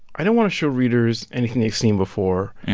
i didn't want to show readers anything they've seen before,